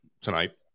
tonight